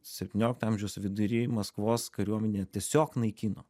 septyniolikto amžiaus vidury maskvos kariuomenė tiesiog naikino